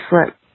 slip